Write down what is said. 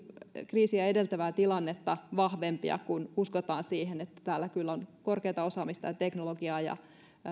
kriisiä edeltävää tilannetta vahvempia kun uskotaan siihen että täällä kyllä on korkeata osaamista ja teknologiaa ja